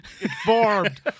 informed